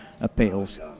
appeals